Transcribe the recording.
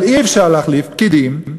אבל אי-אפשר להחליף פקידים,